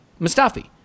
Mustafi